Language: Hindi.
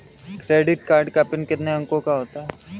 क्रेडिट कार्ड का पिन कितने अंकों का होता है?